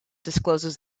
discloses